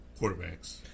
Quarterbacks